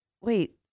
Wait